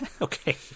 Okay